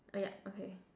oh ya okay